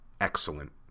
excellent